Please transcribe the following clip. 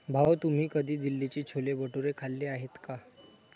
भाऊ, तुम्ही कधी दिल्लीचे छोले भटुरे खाल्ले आहेत का?